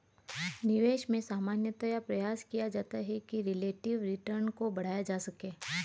निवेश में सामान्यतया प्रयास किया जाता है कि रिलेटिव रिटर्न को बढ़ाया जा सके